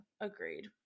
Agreed